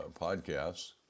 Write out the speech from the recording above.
podcasts